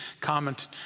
comment